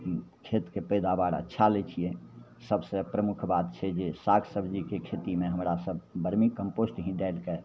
खेतके पैदावार अच्छा लै छिए सबसे प्रमुख बात छै जे साग सबजीके खेतीमे हमरासभ बर्मी कम्पोस्ट ही डालिके